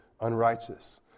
unrighteous